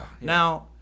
Now